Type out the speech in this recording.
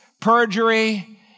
perjury